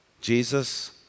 Jesus